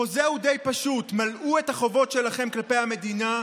החוזה הוא די פשוט: מלאו את החובות שלכם כלפי המדינה,